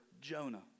Jonah